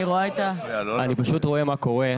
אדוני היושב ראש,